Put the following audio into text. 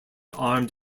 armed